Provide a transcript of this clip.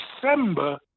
December